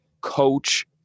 coach